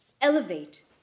Elevate